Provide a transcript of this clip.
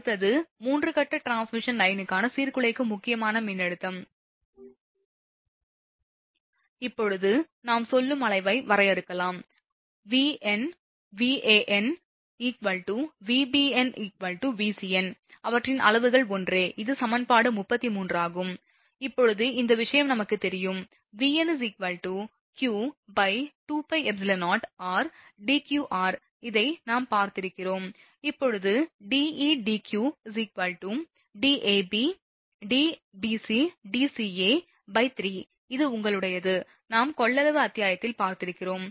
அடுத்தது 3 கட்ட டிரான்ஸ்மிஷன் லைனுக்கான சீர்குலைக்கும் முக்கியமான மின்னழுத்தம் இப்போது நாம் சொல்லும் அளவை வரையறுக்கலாம் | Vn || வான் || Vbn || Vcn | அவற்றின் அளவுகள் ஒன்றே இது சமன்பாடு 33 ஆகும் இப்போது இந்த விஷயம் நமக்குத் தெரியும் Vn q2πεo ln Deqr இதை நாம் பார்த்திருக்கிறோம் இப்போது DeDq 13 இது உங்களுடையது நாம் கொள்ளளவு அத்தியாயத்தில் பார்த்திருக்கிறோம்